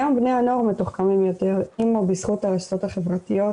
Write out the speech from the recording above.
כיום בני הנוער מתוחכמים יותר עם או בזכות הרשתות החברתיות,